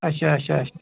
اَچھا اَچھا اَچھا